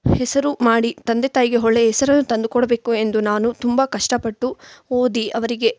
ಹೆಸರು ಮಾಡಿ ತಂದೆ ತಾಯಿಗೆ ಒಳ್ಳೆಯ ಹೆಸರನ್ನು ತಂದು ಕೊಡಬೇಕು ಎಂದು ನಾನು ತುಂಬ ಕಷ್ಟಪಟ್ಟು ಓದಿ ಅವರಿಗೆ